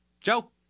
Joe